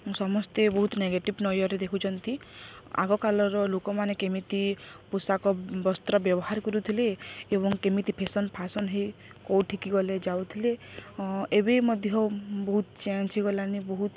ସମସ୍ତେ ବହୁତ ନେଗେଟିଭ୍ ଲୟରେ ଦେଖୁଛନ୍ତି ଆଗକାଳର ଲୋକମାନେ କେମିତି ପୋଷାକ ବସ୍ତ୍ର ବ୍ୟବହାର କରୁଥିଲେ ଏବଂ କେମିତି ଫେସନ୍ଫାସନ୍ ହେଇ କୋଉଠିକି ଗଲେ ଯାଉଥିଲେ ଏବେ ମଧ୍ୟ ବହୁତ ଚେଞ୍ଜ୍ ହେଇଗଲାଣି ବହୁତ୍